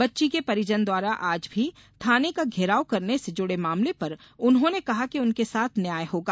बच्ची के परिजन द्वारा आज भी थाने का घेराव करने से जुड़े मामले पर उन्होंने कहा कि उनके साथ न्याय होगा